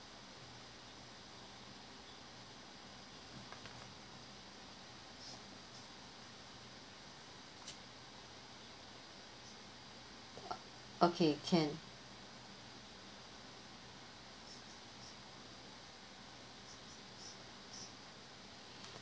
okay can